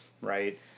right